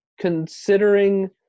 considering